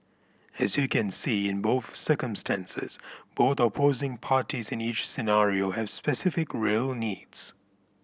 as you can see in both circumstances both opposing parties in each scenario have specific real needs